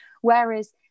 Whereas